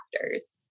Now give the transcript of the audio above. factors